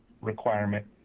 requirement